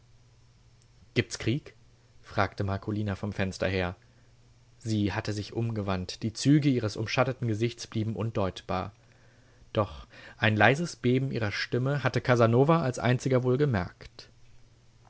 gibt's krieg fragte marcolina vom fenster her sie hatte sich umgewandt die züge ihres umschatteten gesichts blieben undeutbar doch ein leises beben ihrer stimme hatte casanova als einziger wohl